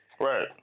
Right